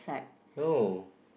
no